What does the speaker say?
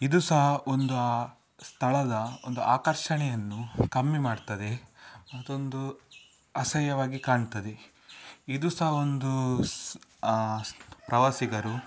ಇದು ಸಹ ಒಂದು ಆ ಸ್ಥಳದ ಒಂದು ಆಕರ್ಷಣೆಯನ್ನು ಕಮ್ಮಿ ಮಾಡ್ತದೆ ಅದೊಂದು ಅಸಹ್ಯವಾಗಿ ಕಾಣ್ತದೆ ಇದು ಸಹ ಒಂದು ಪ್ರವಾಸಿಗರು